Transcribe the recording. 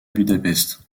budapest